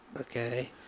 Okay